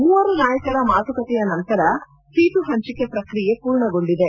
ಮೂವರು ನಾಯಕರ ಮಾತುಕತೆಯ ನಂತರ ಸೀಟು ಹಂಚಿಕೆ ಪ್ರಕ್ರಿಯೆ ಪೂರ್ಣಗೊಂಡಿದೆ